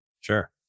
sure